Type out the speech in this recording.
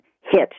hit